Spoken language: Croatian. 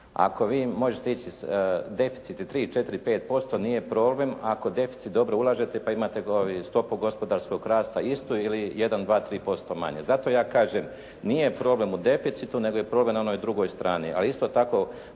Ako vi možete ići s deficit 3, 4, 5%, nije problem, ako deficit dobro ulažete pa imate stopu gospodarskog rasta istu ili 1, 2, 3% manje. Zato ja kažem, nije problem u deficitu, nego je problem na onoj drugoj strani, a isto tako